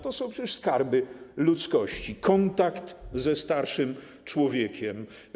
To są przecież skarby ludzkości - kontakt ze starszym człowiekiem.